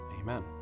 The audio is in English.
Amen